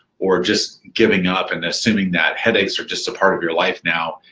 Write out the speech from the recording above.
or just giving up and assuming that headaches are just a part of your life now,